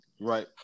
right